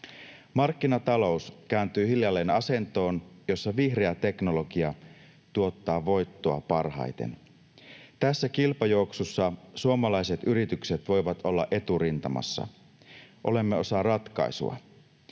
Markkinatalous kääntyy hiljalleen asentoon, jossa vihreä teknologia tuottaa voittoa parhaiten. Tässä kilpajuoksussa suomalaiset yritykset voivat olla eturintamassa. Olemme osa ratkaisua.